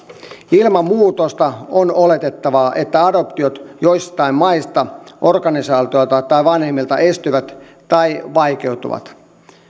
ilman muutosta on oletettavaa että adoptiot joistain maista organisaatioista tai vanhemmilta estyvät tai vaikeutuvat